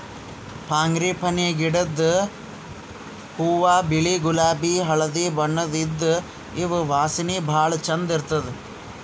frangipani ಗಿಡದ್ ಹೂವಾ ಬಿಳಿ ಗುಲಾಬಿ ಹಳ್ದಿ ಬಣ್ಣದ್ ಇದ್ದ್ ಇವ್ ವಾಸನಿ ಭಾಳ್ ಛಂದ್ ಇರ್ತದ್